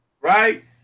right